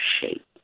shape